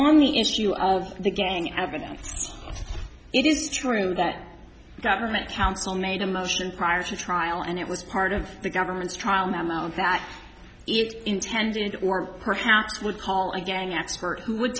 on the issue of the gang evidence if it is true that government counsel made a motion prior to trial and it was part of the government's trial now that it's intended or perhaps would call again expert w